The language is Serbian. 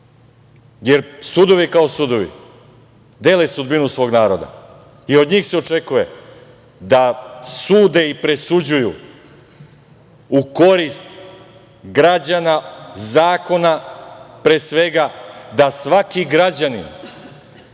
jer sudovi kao sudovi dele sudbinu svog naroda i od njih se očekuje da sude i presuđuju u korist građana, zakona, pre svega, da svaki građanin